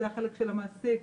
זה החלק של המעסיק,